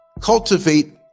Cultivate